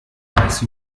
weiß